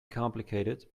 complicated